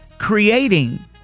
creating